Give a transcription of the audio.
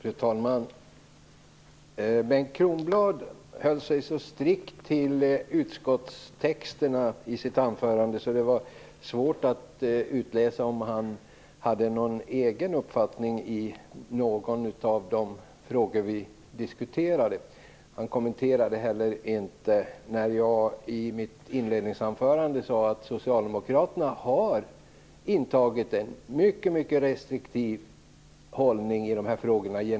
Fru talman! Bengt Kronblad höll sig så strikt till utskottstexten i sitt anförande att det var svårt att utläsa om han hade någon egen uppfattning i någon av de frågor som vi diskuterade. Han kommenterade inte heller det jag sade i mitt inledningsanförande om att Socialdemokraterna genom åren har intagit en mycket restriktiv hållning i de här frågorna.